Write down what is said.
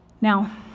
Now